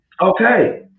Okay